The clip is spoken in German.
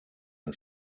ein